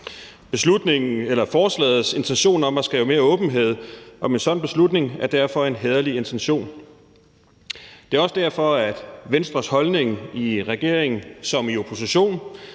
Forslagets intention om at skabe mere åbenhed om en sådan beslutning er derfor en hæderlig intention. Det er også derfor, Venstres holdning såvel i regering som i opposition